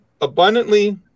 abundantly